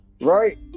right